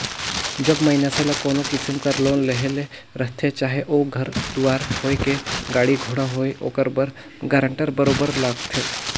जब मइनसे ल कोनो किसिम कर लोन लेहे ले रहथे चाहे ओ घर दुवार होए कि गाड़ी घोड़ा होए ओकर बर गारंटर बरोबेर लागथे